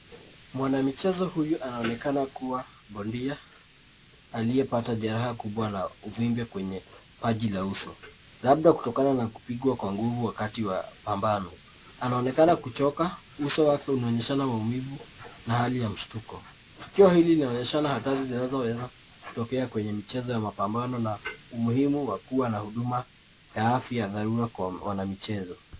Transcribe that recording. Mwanamichezo huyu anaonekana kuwa bondia aliyepata jeraha kubwa la uvimbe kwenye paji la uso. Labda kutokana na kupigwa kwa nguvu wakati wa pambano. Anaonekana kuchoka, uso wake unaonyeshana maumivu na hali ya mshtuko. Tukio hili linaonyeshana hatari zinazoweza kutokea kwenye michezo ya mapambo na umuhimu wa kuwa na huduma ya afya ya dharura kwa wanamichezo.